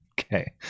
Okay